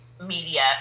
media